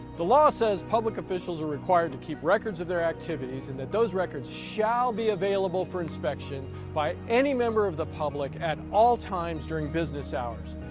the law says public officials are required to keep records of their activities and that those records shall be available for inspection by any member of the public at all times during business hours.